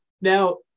Now